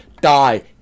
die